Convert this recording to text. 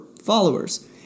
followers